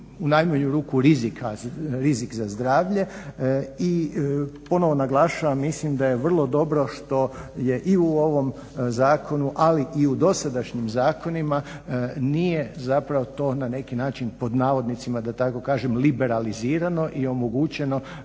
u najmanju ruku rizika, rizik za zdravlje. I ponovo naglašavam mislim da je vrlo dobro što je i u ovom Zakonu ali i u dosadašnjim zakonima nije zapravo to na neki način pod navodnicima da tako kažem "liberalizirano" i omogućeno